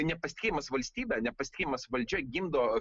nepasitikėjimas valstybe nepasitikėjimas valdžia gimdo